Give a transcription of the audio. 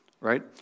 Right